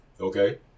Okay